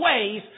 ways